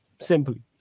Simply